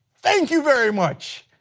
thank you very much.